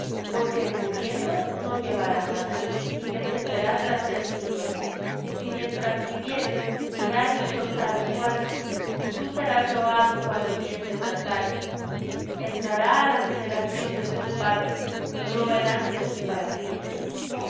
porque en muriendo no llevará nada ni descenderá tras él su gloria si bien mientras viviere dirá dichosa á su alma y tú serás loado cuando bien te tratares entrará á la generación de sus padres no verán luz para siempre